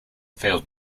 failed